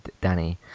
Danny